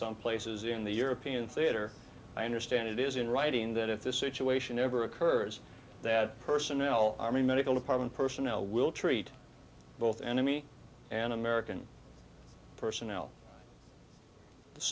some places in the european theater i understand it is in writing that if this situation ever occurs that personnel army medical department personnel will treat both enemy and american personnel the